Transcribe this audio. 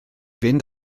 fynd